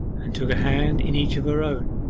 and took a hand in each of her own.